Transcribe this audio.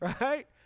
right